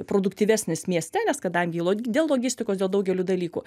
produktyvesnis mieste nes kadangi lo dėl logistikos dėl daugelio dalykų